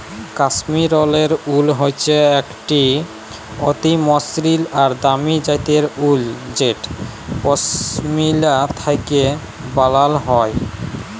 কাশ্মীরলে wool হচ্যে একট অতি মসৃল আর দামি জ্যাতের উল যেট পশমিলা থ্যাকে ব্যালাল হয়